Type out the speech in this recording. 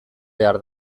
behar